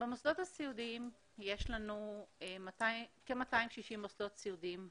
במוסדות הסיעודיים יש לנו כ-260 עובדים סיעודיים במדינה,